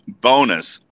bonus